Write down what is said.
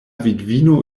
vidvino